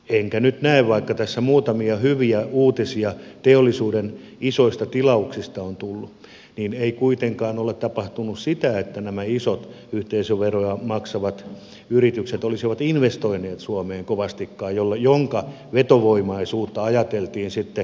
enkä nyt näe vaikka tässä muutamia hyviä uutisia teollisuuden isoista tilauksista on tullut että olisi kuitenkaan tapahtunut sitä että isot yhteisöveroja maksavat yritykset olisivat investoineet suomeen kovastikaan minkä vetovoimaisuutta ajateltiin sitten levittäytyvän pk sektorille